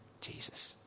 Jesus